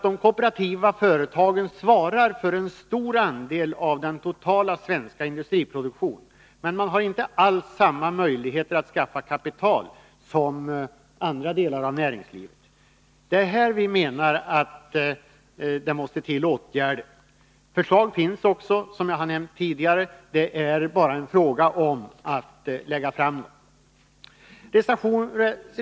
De kooperativa företagen svarar för en stor andel av den totala svenska industriproduktionen, men de har inte alls samma möjligheter att skaffa kapital som andra delar av näringslivet. Det är här vi menar att det måste till åtgärder. Förslag finns också, som jag nämnt tidigare. Det är bara en fråga om att lägga fram dem.